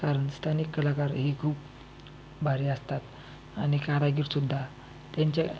कारण स्थानिक कलाकार हे खूप भारी असतात आणि कारागीरसुद्धा त्यांच्या